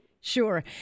Sure